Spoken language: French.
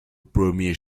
premiers